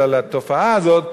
אלא לתופעה הזאת,